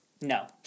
No